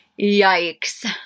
Yikes